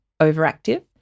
overactive